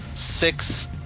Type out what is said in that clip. six